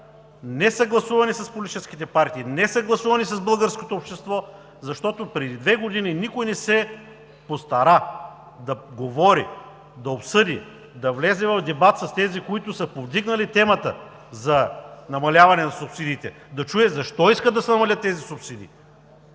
несъгласувани с политическите партии, несъгласувани с българското общество, защото преди две години никой не се постара да говори, да обсъди, да влезе в дебат с тези, които са повдигнали темата за намаляване на субсидиите, да чуе защо искат да се намалят субсидиите,